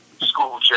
school